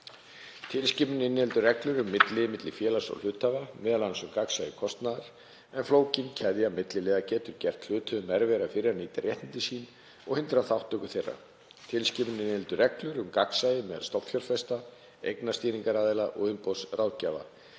Tilskipunin inniheldur reglur um milliliði milli félags og hluthafa, m.a. um gagnsæi kostnaðar, en flókin keðja milliliða getur gert hluthöfum erfiðara fyrir að nýta réttindi sín og hindrað þátttöku þeirra. Tilskipunin inniheldur reglur um gagnsæi meðal stofnanafjárfesta, eignarstýringaraðila og umboðsráðgjafa.